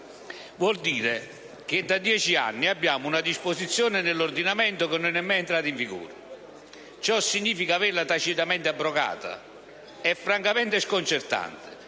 Vuol dire che da dieci anni abbiamo una disposizione nell'ordinamento che non è mai entrata in vigore. Ciò significa averla tacitamente abrogata. È francamente sconcertante